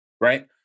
right